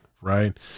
Right